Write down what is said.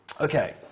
Okay